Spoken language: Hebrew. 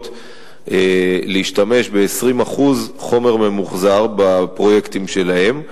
להשתמש ב-20% חומר ממוחזר בפרויקטים שלהן.